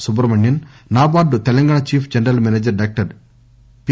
Subrahmanyan NABARD Telangana chief general manager doctor doctor P